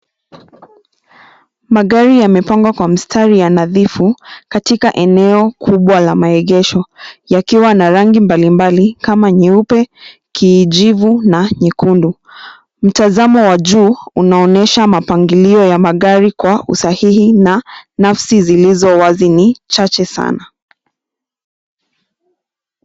Magari yamepangwa kwa mistari ya nadhifu katika eneo kubwa la maegesho yakiwa na rangi mbalimbali kama nyeupe, kijivu, na nyekundu, mtazamo wa juu unaonyesha mapangilio ya magari kwa usahihi na nafasi zilizowazi ni chache sana.